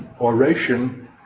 oration